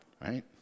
Right